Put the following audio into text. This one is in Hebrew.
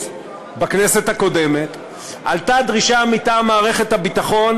בכנסת הקודמת עלתה דרישה מטעם מערכת הביטחון,